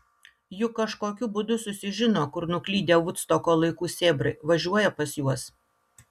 juk kažkokiu būdu susižino kur nuklydę vudstoko laikų sėbrai važiuoja pas juos